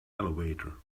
elevator